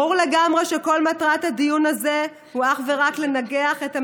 ברור לגמרי שכל מטרת הדיון הזה היא אך ורק לנגח את הממשלה.